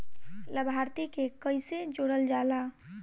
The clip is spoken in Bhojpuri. लभार्थी के कइसे जोड़ल जाला?